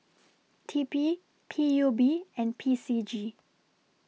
T P P U B and P C G